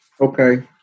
Okay